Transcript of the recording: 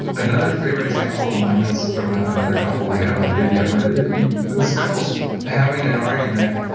another favorite example of mine, it's from ah another couple we have on video, but this couple's having an argument,